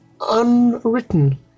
unwritten